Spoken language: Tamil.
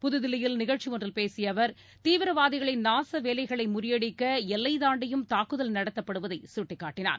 புதுதில்லியில் நிகழ்ச்சி ஒன்றில் பேசிய அவர் தீவிரவாதிகளின் நாச வேலைகளை முறியடிக்க எல்லை தாண்டியும் தாக்குதல் நடத்தப்படுவதை சுட்டிக்காட்டினார்